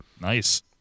nice